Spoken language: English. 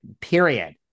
period